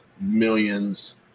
millions